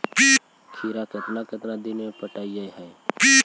खिरा केतना केतना दिन में पटैबए है?